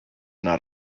not